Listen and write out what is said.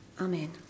Amen